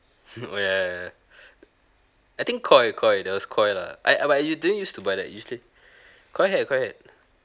oh ya ya ya I think koi koi that was koi lah I but you didn't used to buy that usually koi had koi had